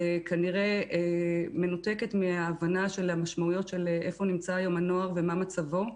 כנראה מנותקת מההבנה של המשמעויות איפה נמצא היום הנוער ומה מצבו,